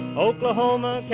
oklahoma, yeah